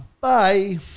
Bye